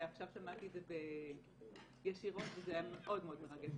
ועכשיו שמעתי את זה ישירות וזה היה מאוד מרגש.